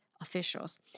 officials